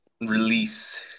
release